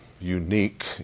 unique